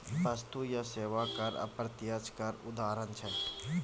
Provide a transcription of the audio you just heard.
बस्तु आ सेबा कर अप्रत्यक्ष करक उदाहरण छै